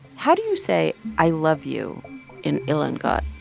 how do you say i love you in ilongot?